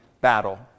battle